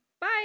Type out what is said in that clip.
bye